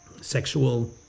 sexual